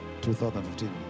2015